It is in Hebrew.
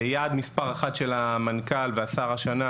יעד מספר אחת של המנכ"ל והשר השנה,